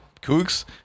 Kooks